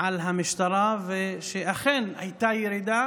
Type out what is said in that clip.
על המשטרה, ושאכן הייתה ירידה